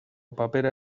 papera